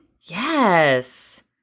Yes